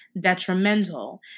detrimental